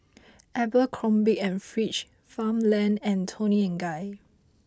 Abercrombie and Fitch Farmland and Toni and Guy